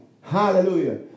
Hallelujah